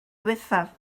ddiwethaf